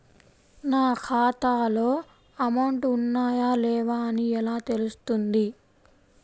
నా ఖాతాలో అమౌంట్ ఉన్నాయా లేవా అని ఎలా తెలుస్తుంది?